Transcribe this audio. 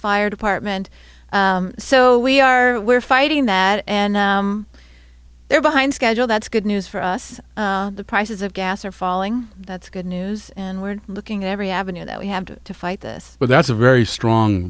fire department so we are we're fighting that and they're behind schedule that's good news for us the prices of gas are falling that's good news and we're looking at every avenue that we have to to fight this but that's a very strong